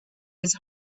his